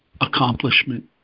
accomplishment